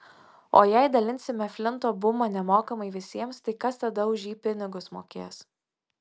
o jei dalinsime flinto bumą nemokamai visiems tai kas tada už jį pinigus mokės